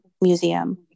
Museum